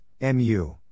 MU